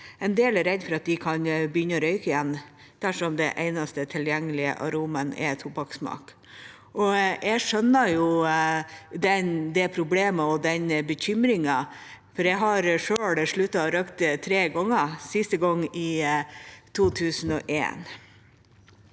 En del er redde for at de kan begynne å røyke igjen dersom den eneste tilgjengelige aromaen er tobakkssmak. Jeg skjønner det problemet og den bekymringen, for jeg har selv sluttet å røyke tre ganger – siste gang i 2001.